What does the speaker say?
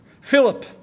Philip